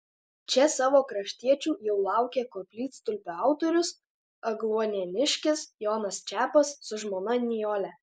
čia savo kraštiečių jau laukė koplytstulpio autorius agluonėniškis jonas čepas su žmona nijole